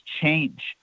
change